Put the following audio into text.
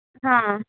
हा